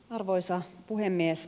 arvoisa puhemies